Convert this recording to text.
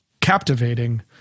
captivating